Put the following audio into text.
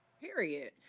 Period